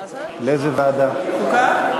חוקה.